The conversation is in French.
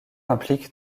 implique